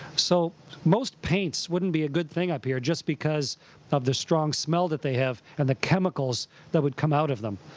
so most paints wouldn't be a good thing up here just because of the strong smell that they have and the chemicals that would come out of them.